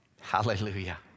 Hallelujah